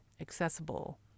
accessible